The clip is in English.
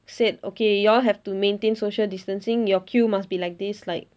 said okay y'all have to maintain social distancing your queue must be like this like